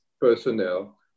personnel